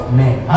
men